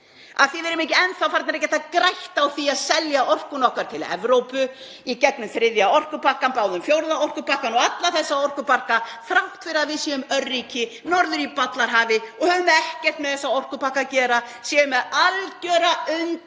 að við erum ekki enn þá farin að geta grætt á því að selja orkuna okkar til Evrópu í gegnum þriðja orkupakkann, bráðum fjórða orkupakkann og alla þessa orkupakka, þrátt fyrir að við séum örríki norður í ballarhafi og höfum ekkert með þessa orkupakka að gera, séum með algera undanþágu